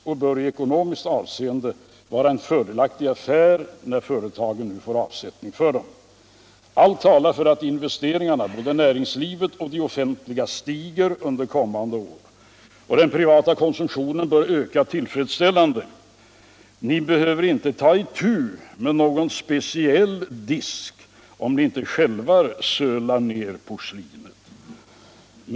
och det bör i ekonomiskt avseende vara en fördelaktig affär när företagen nu får avsättning för dem. Allt talar för att investeringarna. både näringslivets och den offentliga sektorns, stiger under kommande år. Den privata konsumtionen bör öka tillfredsställande. Ni behöver inte ta itu med någon speciell disk om ni inte själva sölar ned porslinet.